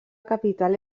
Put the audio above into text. capital